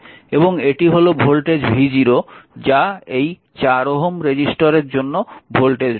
এবং এটি হল ভোল্টেজ v0 যা এই 4 ওহমের রেজিস্টরের জন্য ভোল্টেজ ড্রপ